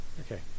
okay